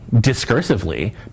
discursively